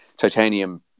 titanium